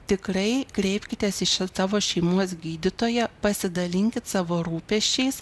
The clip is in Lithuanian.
tikrai kreipkitės į šią savo šeimos gydytoją pasidalinkit savo rūpesčiais